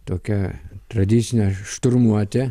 tokią tradicinę šturmuoti